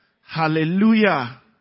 Hallelujah